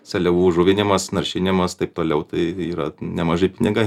seliavų įžuvinimas naršinimas taip toliau tai yra nemaži pinigai